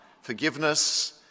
forgiveness